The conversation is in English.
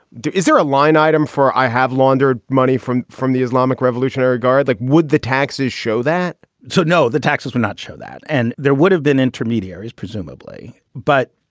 is there a line item for i have laundered money from from the islamic revolutionary guard? like would the taxes show that so? no, the taxes would not show that. and there would have been intermediaries, presumably. but